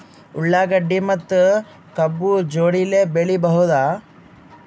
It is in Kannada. ಉಳ್ಳಾಗಡ್ಡಿ ಮತ್ತೆ ಕಬ್ಬು ಜೋಡಿಲೆ ಬೆಳಿ ಬಹುದಾ?